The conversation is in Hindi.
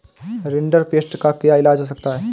रिंडरपेस्ट का क्या इलाज हो सकता है